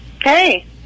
Hey